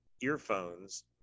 earphones